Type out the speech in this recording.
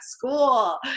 school